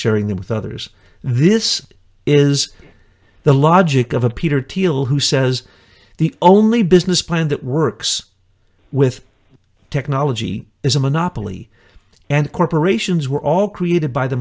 sharing them with others this is the logic of a peter teal who says the only business plan that works with technology is a monopoly and corporations were all created by the